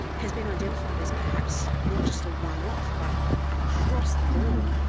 has been identified as perhaps not just a one-off but across the board,